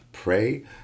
Pray